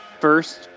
first